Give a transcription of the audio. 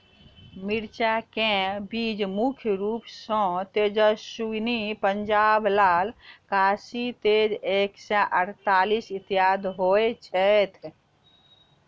मिर्चा केँ बीज मुख्य रूप सँ तेजस्वनी, पंजाब लाल, काशी तेज एक सै अड़तालीस, इत्यादि होए छैथ?